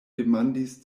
demandis